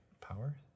power